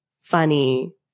funny